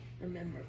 remember